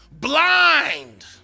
Blind